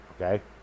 Okay